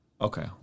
okay